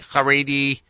Haredi